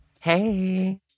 Hey